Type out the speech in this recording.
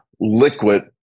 liquid